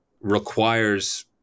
requires